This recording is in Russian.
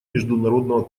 международного